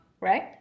right